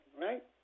right